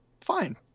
fine